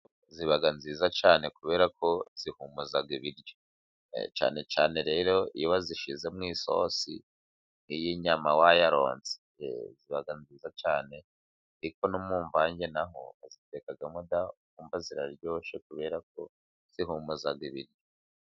Ziba nziza cyane kubera ko zihumuza ibiryo, cyane cyane rero iyo wazishyize mu isosi y'inyama wayaronse. Ziba nziza cyane ariko no mu mvange na ho bazitekamo da! ukumva ziraryoshye kubera ko zihumuza ibiryo.